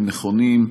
הם נכונים,